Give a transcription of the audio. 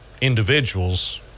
individuals